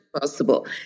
possible